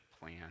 Plan